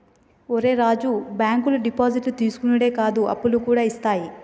ఒరే రాజూ, బాంకులు డిపాజిట్లు తీసుకునుడే కాదు, అప్పులుగూడ ఇత్తయి